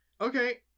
Okay